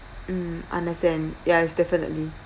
mm understand yes definitely